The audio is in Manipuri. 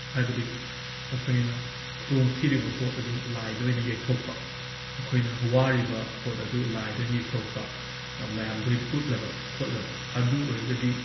ꯍꯥꯏꯕꯗꯤ ꯑꯩꯈꯣꯏꯅ ꯈꯨꯗꯣꯡ ꯊꯤꯔꯤꯕ ꯄꯣꯠ ꯑꯗꯨ ꯂꯥꯏꯗ ꯑꯣꯏꯅ ꯌꯦꯛꯊꯣꯛꯄ ꯑꯩꯈꯣꯏꯅ ꯋꯥꯔꯤꯕ ꯄꯣꯠ ꯑꯗꯨ ꯂꯥꯏꯗ ꯑꯣꯏꯅ ꯌꯦꯡꯊꯣꯛꯄ ꯃꯌꯥꯝꯗꯣꯏꯅ ꯎꯠꯂꯕ ꯈꯣꯠꯂꯕ ꯑꯗꯨ ꯑꯣꯏꯔꯒꯗꯤ